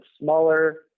smaller